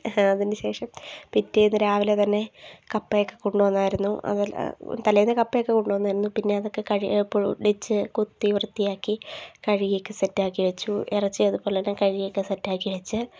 അതിന് ശേഷം പിറ്റേന്ന് രാവിലെ തന്നെ കപ്പയൊക്കെ കൊണ്ട് വന്നായിരുന്നു അതെല്ലാം തലേന്ന് കപ്പയൊക്കെ കൊണ്ട് വന്നായിരുന്നു പിന്നെ അതൊക്കെ കഴു പൊടിച്ച് കുത്തി വൃത്തിയാക്കി കഴുകിയൊക്കെ സെറ്റാക്കി വെച്ചു ഇറച്ചി അതുപോലെതന്നെ കഴുകിയൊക്കെ സെറ്റാക്കി വെച്ച്